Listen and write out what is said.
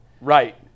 right